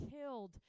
killed